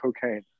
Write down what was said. cocaine